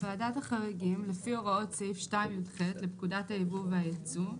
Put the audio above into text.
3ד2.ועדת החריגים לפי הוראות סעיף 2יח לפקודת היבוא והיצוא ,